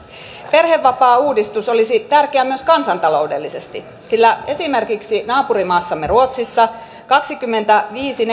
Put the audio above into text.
perhevapaauudistus olisi tärkeä myös kansantaloudellisesti sillä esimerkiksi naapurimaassamme ruotsissa kaksikymmentäviisi